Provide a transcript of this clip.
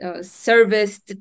Service